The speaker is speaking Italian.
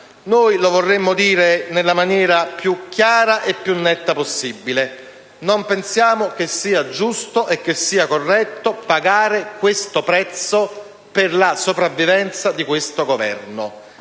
Noi lo vorremmo dire nella maniera più chiara e netta possibile: non pensiamo che sia giusto, che sia corretto pagare questo prezzo per la sopravvivenza dell'attuale Governo.